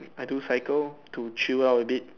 I do cycle to chill out a bit